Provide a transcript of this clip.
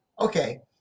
okay